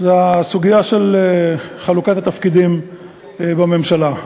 הסוגיה של חלוקת התפקידים בממשלה.